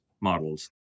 models